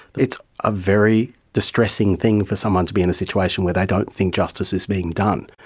it's a very distressing thing for someone to be in a situation where they don't think justice is being done.